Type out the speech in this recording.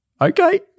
Okay